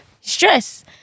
stress